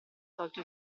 tolto